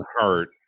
hurt